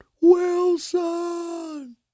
Wilson